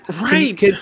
Right